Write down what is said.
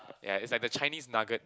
yea is like a Chinese nugget